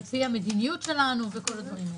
על-פי המדיניות שלנו.